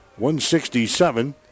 167